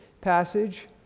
passage